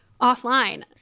offline